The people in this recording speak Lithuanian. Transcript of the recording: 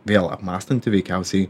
vėl apmąstanti veikiausiai